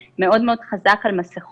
מאוד מאוד חזק על מסכות,